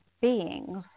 beings